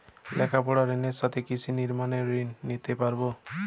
লেখাপড়ার ঋণের সাথে গৃহ নির্মাণের ঋণ নিতে পারব?